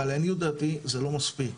אבל לעניות דעתי זה לא מספיק.